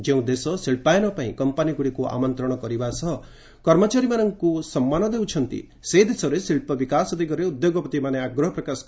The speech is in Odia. ଯେଉଁ ଦେଶ ଶିଳ୍ପାୟନ ପାଇଁ କମ୍ପାନୀଗୁଡ଼ିକୁ ଆମନ୍ତ୍ରଣ କରିବା ସହ କର୍ମଚାରୀମାନଙ୍କୁ ସମ୍ମାନ ଦେଉଛନ୍ତି ସେ ଦେଶରେ ଶିଳ୍ପ ବିକାଶ ଦିଗରେ ଉଦ୍ୟୋଗପତିମାନେ ଆଗ୍ରହ ପ୍ରକାଶ କରିବା ଉଚିତ